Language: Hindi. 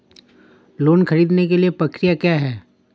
लोन ख़रीदने के लिए प्रक्रिया क्या है?